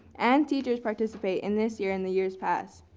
and teachers participate in this year and the years past.